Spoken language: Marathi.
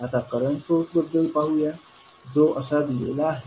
आता करंट सोर्स बद्दल पाहूया जो असा दिलेला आहे